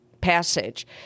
passage